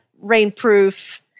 rainproof